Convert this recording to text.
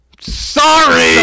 Sorry